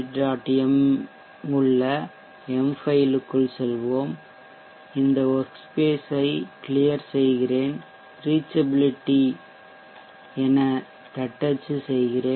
m உள்ள M ஃபைல்க்குள் செல்வோம் இந்த ஒர்க்ஸ்பேஸ் ஐ க்ளியர் செய்கிறேன் reachability என தட்டச்சு செய்கிறேன்